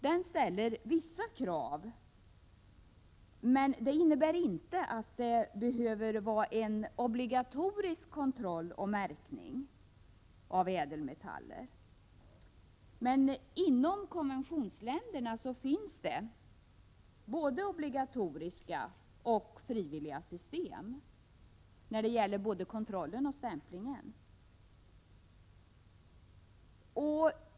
Den ställer vissa krav, men säger inte att det behöver vara en kontroll och märkning av ädelmetaller. Inom konventionsländerna finns dock både obligatoriska och frivilliga system för både kontroll och stämpling.